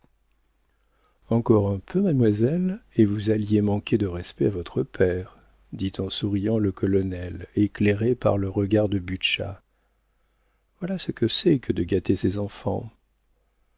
encore un peu mademoiselle et vous alliez manquer de respect à votre père dit en souriant le colonel éclairé par le regard de butscha voilà ce que c'est que de gâter ses enfants